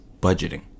budgeting